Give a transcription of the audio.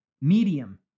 medium